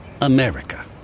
America